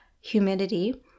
humidity